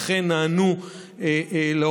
אכן נענו להוראות.